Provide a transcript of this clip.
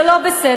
זה לא בסדר,